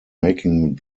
making